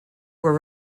were